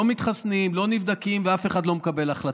"לא מתחסנים, לא נבדקים ואף אחד לא מקבל החלטות".